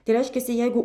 tai reiškiasi jeigu